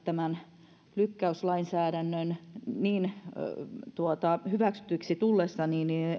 tämän lykkäyslainsäädännön hyväksytyksi tullessa